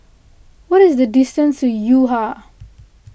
what is the distance to Yo Ha